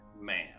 Man